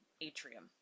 atrium